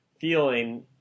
feeling